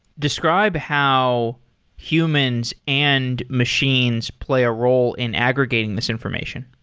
describe how humans and machines play a role in aggregating this information.